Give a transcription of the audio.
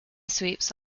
sweeps